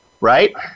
Right